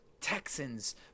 Texans